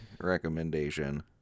recommendation